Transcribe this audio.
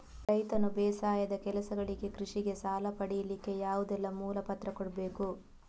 ರೈತನು ಬೇಸಾಯದ ಕೆಲಸಗಳಿಗೆ, ಕೃಷಿಗೆ ಸಾಲ ಪಡಿಲಿಕ್ಕೆ ಯಾವುದೆಲ್ಲ ಮೂಲ ಪತ್ರ ಕೊಡ್ಬೇಕು?